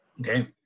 Okay